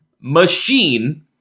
Machine